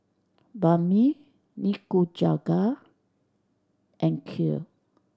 Banh Mi Nikujaga and Kheer